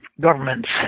governments